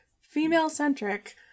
Female-centric